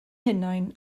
hunain